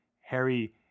Harry